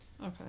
okay